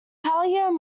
pallium